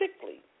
sickly